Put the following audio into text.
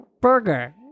Burger